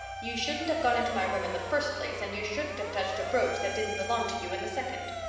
you shouldn't have gone into my room in the first place and you shouldn't have touched a brooch that didn't belong to you in the second.